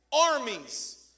Armies